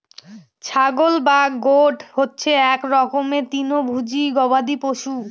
ছাগল বা গোট হচ্ছে এক রকমের তৃণভোজী গবাদি পশু